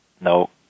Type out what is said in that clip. No